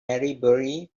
maybury